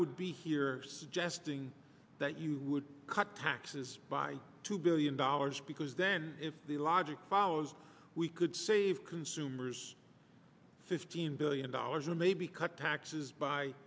would be here suggesting that you would cut taxes by two billion dollars because then if the logic follows we could save consumers fifteen billion dollars or maybe cut taxes by